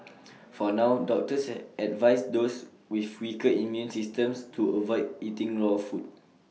for now doctors advise those with weaker immune systems to avoid eating raw food